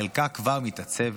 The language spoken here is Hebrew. חלקה כבר מתעצבת.